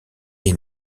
est